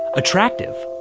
attractive.